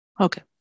Okay